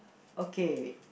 okay